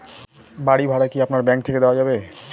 বাড়ী ভাড়া কি আপনার ব্যাঙ্ক থেকে দেওয়া যাবে?